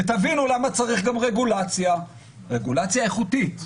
ותבינו למה צריך גם רגולציה, רגולציה איכותית.